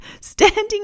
standing